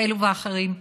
כאלה ואחרים,